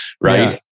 Right